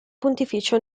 pontificia